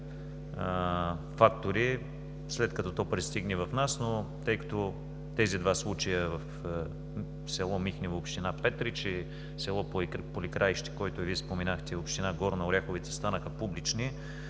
фактори, след като то пристигне при нас, но тъй като тези два случая – в село Михнево – община Петрич, и село Поликраище, което Вие споменахте, в община Горна Оряховица, станаха публични,